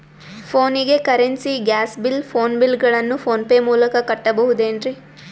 ಫೋನಿಗೆ currency, gas bill, phone bill ಗಳನ್ನು PhonePe ಮೂಲಕ ಕಟ್ಟಬಹುದೇನ್ರಿ?